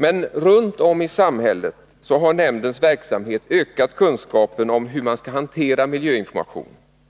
Men runt om i samhället har nämndens verksamhet ökat kunskapen om hur man skall hantera miljöinformation